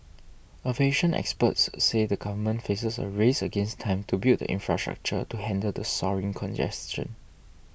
aviation experts say the government faces a race against time to build the infrastructure to handle the soaring congestion